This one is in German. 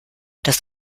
das